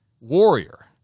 warrior